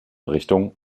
richtung